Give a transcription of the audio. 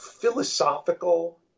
philosophical